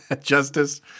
Justice